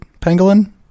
Pangolin